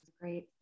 Great